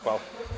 Hvala.